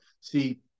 See